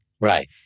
Right